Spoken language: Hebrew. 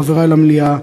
חברי למליאה,